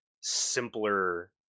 simpler